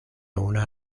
una